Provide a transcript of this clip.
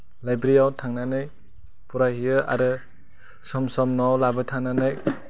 लाइब्रेरियाव थांनानै फरायहैयो आरो सम सम न'आव लाबोथ'नानै